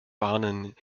warnen